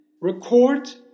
Record